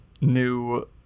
new